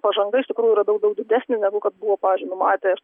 pažanga iš tikrųjų yra daug daug didesnė negu kad buvo pavyzdžiui numatę